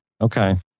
Okay